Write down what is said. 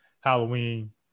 Halloween